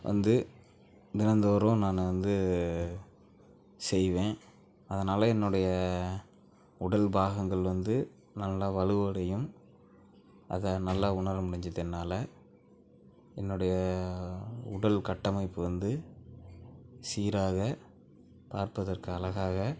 வந்து தினந்தோறும் நான் வந்து செய்வேன் அதனால் என்னுடைய உடல் பாகங்கள் வந்து நல்லா வலுவடையும் அதை நல்லா உணர முடிஞ்சுது என்னால என்னுடைய உடல் கட்டமைப்பு வந்து சீராக பார்ப்பதற்கு அழகாக